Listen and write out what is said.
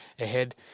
ahead